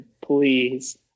Please